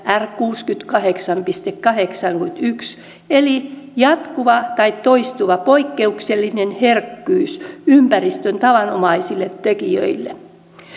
r kuusikymmentäkahdeksan piste kahdeksankymmentäyksi eli jatkuva tai toistuva poikkeuksellinen herkkyys ympäristön tavanomaisille tekijöille